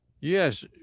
Yes